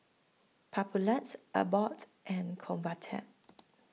Papulex Abbott and Convatec